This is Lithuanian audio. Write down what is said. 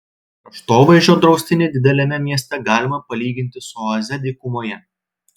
kraštovaizdžio draustinį dideliame mieste galima palyginti su oaze dykumoje